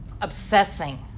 obsessing